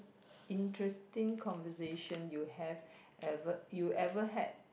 interesting conversation you had ever you ever had